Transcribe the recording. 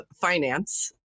finance